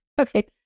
Okay